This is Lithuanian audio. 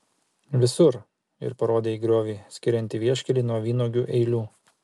visur ir parodė į griovį skiriantį vieškelį nuo vynuogių eilių